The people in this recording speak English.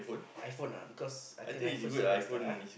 iPhone ah because I think iPhone is the best lah ah